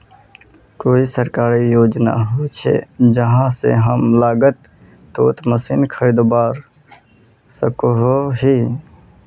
कोई सरकारी योजना होचे जहा से कम लागत तोत मशीन खरीदवार सकोहो ही?